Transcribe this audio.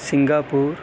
Singapore